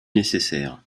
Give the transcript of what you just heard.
nécessaire